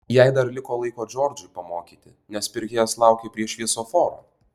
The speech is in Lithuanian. jai dar liko laiko džordžui pamokyti nes pirkėjas laukė prie šviesoforo